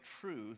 truth